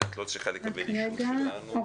את לא צריכה לקבל אישור שלנו,